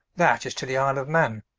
that is to the ile of man,